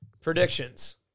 Predictions